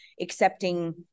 accepting